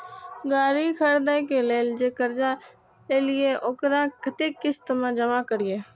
गाड़ी खरदे के लेल जे कर्जा लेलिए वकरा कतेक किस्त में जमा करिए?